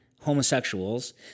homosexuals